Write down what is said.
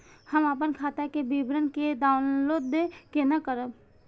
हम अपन खाता के विवरण के डाउनलोड केना करब?